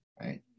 right